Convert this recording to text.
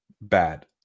bad